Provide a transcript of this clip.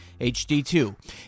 HD2